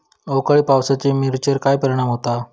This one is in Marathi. अवकाळी पावसाचे मिरचेर काय परिणाम होता?